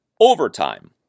overtime